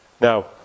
Now